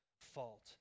fault